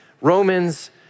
Romans